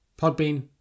Podbean